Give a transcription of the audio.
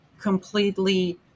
completely